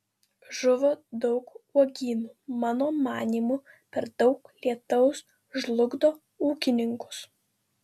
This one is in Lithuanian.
žuvo daug uogynų mano manymu per daug lietaus žlugdo ūkininkus